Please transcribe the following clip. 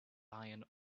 iron